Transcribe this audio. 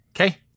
Okay